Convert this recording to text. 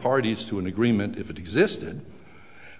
parties to an agreement if it existed